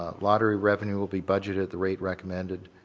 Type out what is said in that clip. ah lottery revenue will be budgeted the rate recommended,